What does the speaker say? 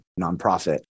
nonprofit